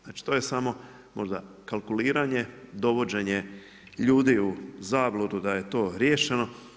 Znači to je samo možda kalkuliranje, dovođenje ljudi u zabludu da je to riješeno.